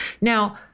Now